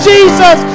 Jesus